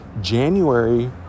January